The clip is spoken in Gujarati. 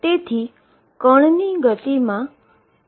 તેથી પાર્ટીકલની ગતિમાં અનસર્ટેનીટી આવે છે